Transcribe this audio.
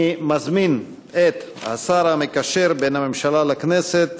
אני מזמין את השר המקשר בין הממשלה לכנסת